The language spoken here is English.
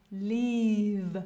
leave